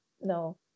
No